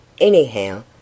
Anyhow